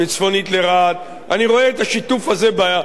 אני רואה את השיתוף הזה מול העיניים,